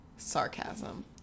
Sarcasm